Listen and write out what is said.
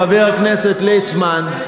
חבר הכנסת ליצמן,